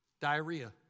Diarrhea